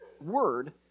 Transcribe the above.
word